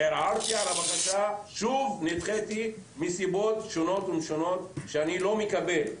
ערערתי על הבקשה ונדחיתי שוב מסיבות שונות ומשונות שאני לא מקבל.